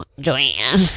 Joanne